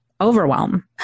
overwhelm